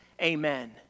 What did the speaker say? Amen